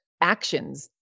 actions